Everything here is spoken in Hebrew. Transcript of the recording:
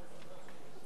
אני לא שואל אותך,